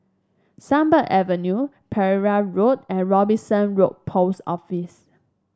Sunbird Avenue Pereira Road and Robinson Road Post Office